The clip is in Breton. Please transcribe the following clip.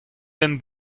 den